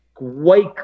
wake